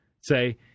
say